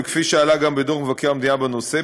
וכפי שעלה גם בדוח מבקר המדינה בנושא,